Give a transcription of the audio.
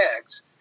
tags